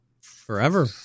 forever